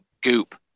goop